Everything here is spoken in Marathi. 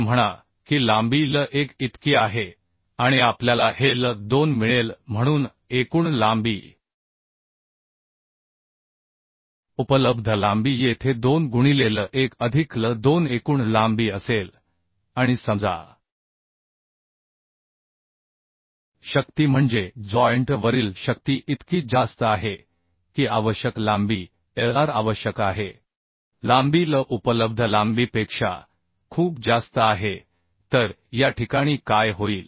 असे म्हणा की लांबी l1 इतकी आहे आणि आपल्याला हे l2 मिळेल म्हणून एकूण लांबी उपलब्ध लांबी येथे 2 गुणिले l1 अधिक l2 एकूण लांबी असेल आणि समजा शक्ती म्हणजे जॉइंट वरील शक्ती इतकी जास्त आहे की आवश्यक लांबी LR आवश्यक आहे लांबी l उपलब्ध लांबीपेक्षा खूप जास्त आहे तर या ठिकाणी काय होईल